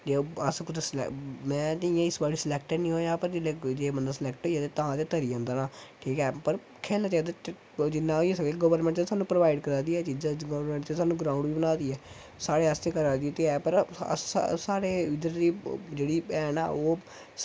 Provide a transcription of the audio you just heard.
जे अस कुतै में ते इयां इस बारी स्लैक्ट नी होएआ पर जेल्लै जे बंदा स्लैक्ट होई जा तां ते तरी जंदा ना ठीक ऐ पर खेलना चाहिदा जिन्ना होई सकै गोरर्मैंट ने सानू प्रोवाइड करा दी ऐ एह् चीजां गौरमैंट ते सानू ग्राउंड बी बना दी ऐ साढ़े आस्तै करा दी ते ऐ पर अस साढ़े इद्धर दी जेह्ड़ी ऐ ना ओह्